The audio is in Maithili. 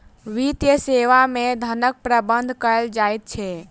वित्तीय सेवा मे धनक प्रबंध कयल जाइत छै